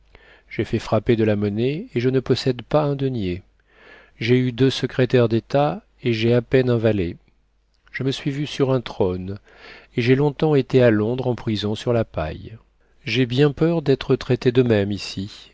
j'ai fait frapper de la monnaie et je ne possède pas un denier j'ai eu deux secrétaires d'état et j'ai à peine un valet je me suis vu sur un trône et j'ai long-temps été à londres en prison sur la paille j'ai bien peur d'être traité de même ici